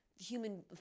human